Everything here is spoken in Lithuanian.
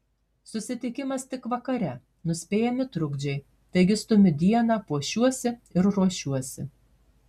susitikimas tik vakare nuspėjami trukdžiai taigi stumiu dieną puošiuosi ir ruošiuosi